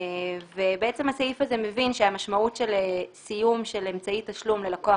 ובעצם הסעיף הזה מבין שהמשמעות של סיום אמצעי תשלום ללקוח,